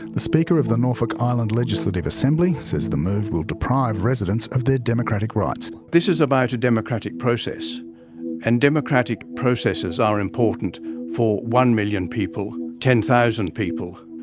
the speaker of the norfolk island legislative assembly says the move will deprive residents of their democratic rights. this is about a democratic process and democratic processes are important for one million people, ten thousand people,